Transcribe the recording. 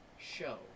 show